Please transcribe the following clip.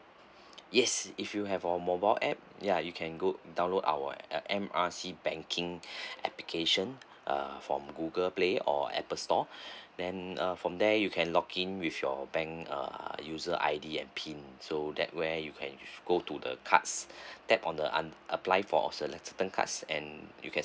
yes if you have our mobile app ya you can go download our app M_R_C banking application uh from google play or apple store then uh from there you can login with your bank uh user I_D and pins so that where you can go to the cards that on the un~ apply for certain cards and you can